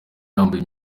yambaye